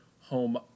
home